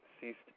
ceased